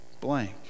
blank